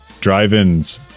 drive-ins